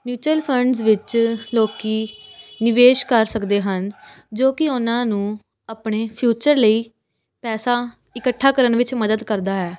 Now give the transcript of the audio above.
mutual funds ਵਿੱਚ ਲੋਕ ਨਿਵੇਸ਼ ਕਰ ਸਕਦੇ ਹਨ ਜੋ ਕਿ ਉਨ੍ਹਾਂ ਨੂੰ ਆਪਣੇ ਫਿਊਚਰ ਲਈ ਪੈਸਾ ਇਕੱਠਾ ਕਰਨ ਵਿੱਚ ਮਦਦ ਕਰਦਾ ਹੈ